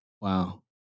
Wow